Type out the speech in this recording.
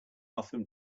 bathroom